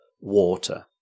water